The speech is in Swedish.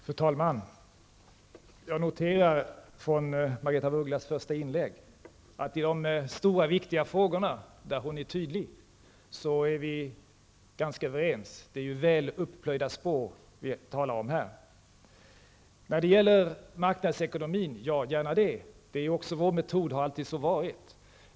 Fru talman! Jag noterar från Margaretha af Ugglas första inlägg att i de stora, viktiga frågorna, där hon är tydlig, är vi ganska överens. Det är ju väl upplöjda spår vi talar om här. Hon talar om marknadsekonomi. Ja, gärna det, det är också vår metod och har alltid så varit.